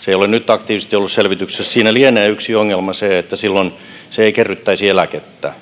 se ei ole nyt aktiivisesti ollut selvityksessä siinä lienee yksi ongelma se että silloin se ei kerryttäisi eläkettä